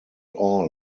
all